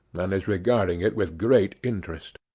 and is regarding it with great interest.